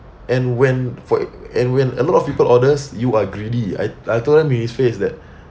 and when for and when a lot of people orders you are greedy I I told him in his face that